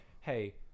hey